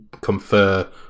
confer